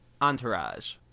Entourage